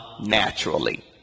naturally